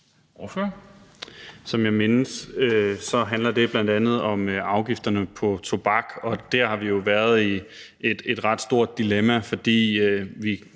Som jeg mindes, handler det bl.a. om afgifterne på tobak, og der har vi jo været i et ret stort dilemma, fordi vi